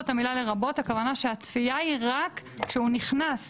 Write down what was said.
את המילה 'לרבות' הכוונה שהצפייה היא רק כשהוא נכנס,